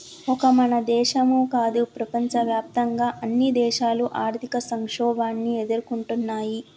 ఒక మన దేశమో కాదు ప్రపంచవ్యాప్తంగా అన్ని దేశాలు ఆర్థిక సంక్షోభాన్ని ఎదుర్కొంటున్నయ్యి